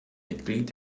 mitglied